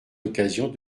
occasions